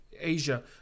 asia